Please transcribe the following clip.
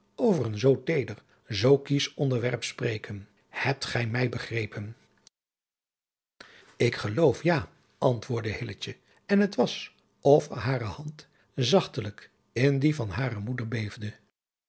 over een zoo teeder zoo kiesch onderwerp spreken hebt gij mij begrepen ik geloof ja antwoordde hilletje en het was of hare hand zachtelijk in die van hare moeder